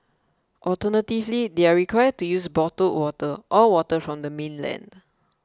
alternatively they are required to use bottled water or water from the mainland